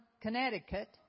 Connecticut